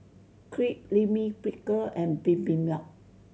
Crepe Lime Pickle and Bibimbap